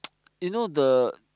you know the